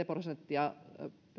prosenttia